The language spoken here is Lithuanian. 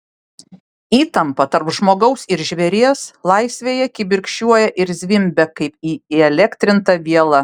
įtampa tarp žmogaus ir žvėries laisvėje kibirkščiuoja ir zvimbia kaip įelektrinta viela